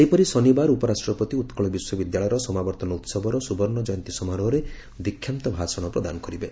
ସେହିପରି ଶନିବାର ଉପରାଷ୍ଟ୍ରପତି ଉକ୍କଳ ବିଶ୍ୱବିଦ୍ୟାଳୟର ସମାବର୍ଭନ ଉହବର ସ୍ବବର୍ଶ୍ୱଜୟନ୍ତୀ ସମାରୋହରେ ଦୀକ୍ଷାନ୍ତ ଭାଷଣ ପ୍ରଦାନ କରିବେ